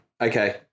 okay